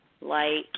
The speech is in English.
Light